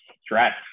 stress